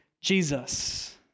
Jesus